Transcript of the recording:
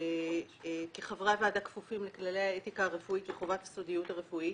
כי חברי הוועדה כפופים לכללי האתיקה הרפואית וחובת הסודיות הרפואית,